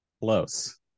Close